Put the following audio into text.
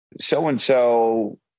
So-and-so